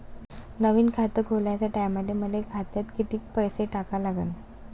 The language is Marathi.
नवीन खात खोलाच्या टायमाले मले खात्यात कितीक पैसे टाका लागन?